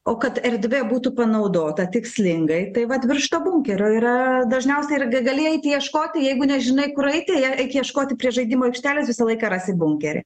o kad erdvė būtų panaudota tikslingai tai vat virš to bunkerio yra dažniausiai gali eiti ieškoti jeigu nežinai kur eiti eik ieškoti prie žaidimų aikštelės visą laiką rasi bunkerį